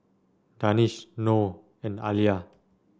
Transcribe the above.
Danish Noh and Alya